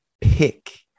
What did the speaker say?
pick